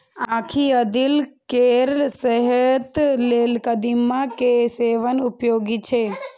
आंखि आ दिल केर सेहत लेल कदीमा के सेवन उपयोगी छै